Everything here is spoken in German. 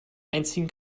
einzigen